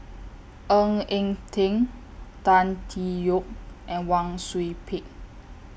Ng Eng Teng Tan Tee Yoke and Wang Sui Pick